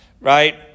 right